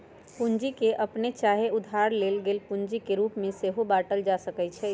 पूंजी के अप्पने चाहे उधार लेल गेल पूंजी के रूप में सेहो बाटल जा सकइ छइ